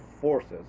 forces